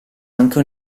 anche